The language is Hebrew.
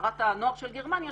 שרת הנוער של גרמניה,